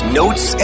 notes